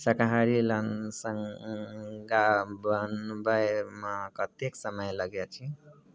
शाकाहारी लसङ्गा बनबैमे कतेक समय लगै अछि